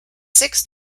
six